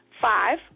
Five